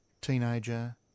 teenager